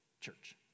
church